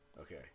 Okay